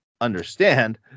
understand